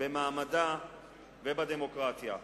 ובמעמדה ובדמוקרטיה.